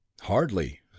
Hardly